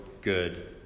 good